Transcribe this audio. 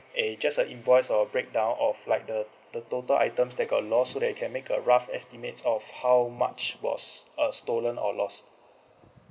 a just a invoice or breakdown of like the the total items that got lost so that we can make a rough estimates of how much was uh stolen or lost